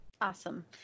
Awesome